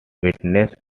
witnessed